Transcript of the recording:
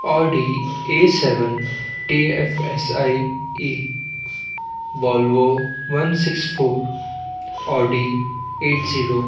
Audi a seven T F S I E Volvo one six four Audi eight zero